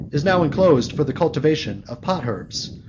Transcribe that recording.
is now enclosed for the cultivation of pot-herbs,